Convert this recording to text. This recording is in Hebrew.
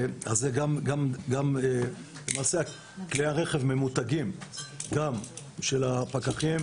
גם כלי הרכב של הפקחים